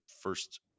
first